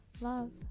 love